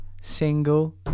single